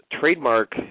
trademark